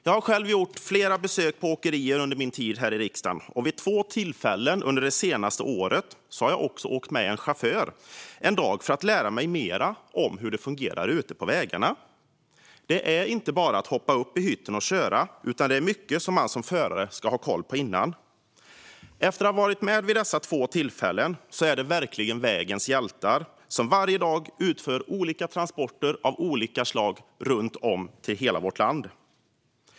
Jag har själv gjort flera besök på åkerier under min tid här i riksdagen, och vid två tillfällen under det senaste året har jag också åkt med en chaufför en dag för att lära mig mer om hur det fungerar ute på vägarna. Det är inte bara att hoppa upp i hytten och köra, utan det är mycket man som förare ska ha koll på innan. Efter att ha varit med vid dessa två tillfällen kan jag säga att det verkligen är vägens hjältar som varje dag utför olika transporter av olika slag runt om till hela vårt land.